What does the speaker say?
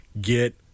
Get